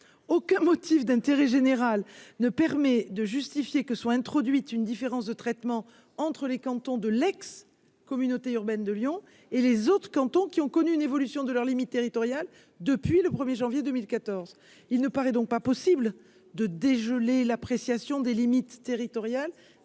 aucun motif d'intérêt général ne permet de justifier que soit introduite une différence de traitement entre les cantons de l'ex-Communauté urbaine de Lyon et les autres cantons qui ont connu une évolution de leurs limites territoriales depuis le 1er janvier 2014 il ne paraît donc pas possible de dégeler l'appréciation des limites territoriales